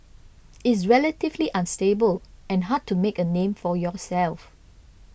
it's relatively unstable and hard to make a name for yourself